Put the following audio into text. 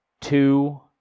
two